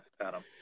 Adam